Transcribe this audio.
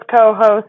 co-host